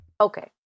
Okay